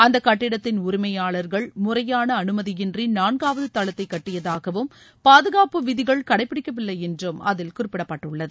அந்த கட்டிடத்தின் உரிமையாளர்கள் முறையான அனுமதியின்றி நான்காவது தளத்தை கட்டியதாகவும் பாதுகாப்பு விதிகள் கடைப்பிடிக்கவில்லை என்றும் அதில் குறிப்பிடப்பட்டுள்ளது